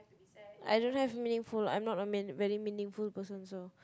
I don't have a I'm not a meaningful person so